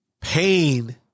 Pain